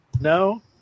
No